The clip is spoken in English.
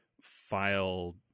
file